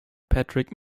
patrick